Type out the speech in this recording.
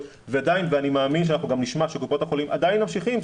ואני מאמין שאנחנו גם נשמע שבקופות החולים עדיין ממשיכים,